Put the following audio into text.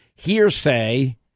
hearsay